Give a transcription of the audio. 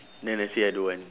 then I say I don't want